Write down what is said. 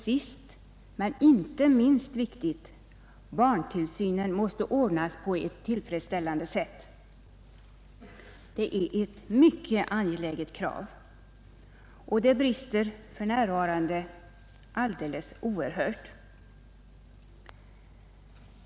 Slutligen är det viktigt att barntillsynen ordnas på ett tillfredsställande sätt. Detta är ett ytterst angeläget krav. Det brister för närvarande oerhört i detta avseende.